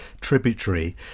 tributary